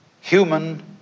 human